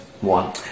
one